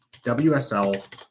WSL